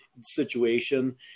situation